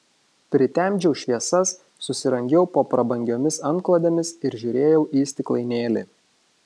pritemdžiau šviesas susirangiau po prabangiomis antklodėmis ir žiūrėjau į stiklainėlį